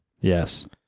Yes